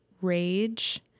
rage